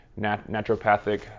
naturopathic